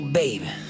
baby